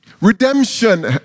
Redemption